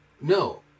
No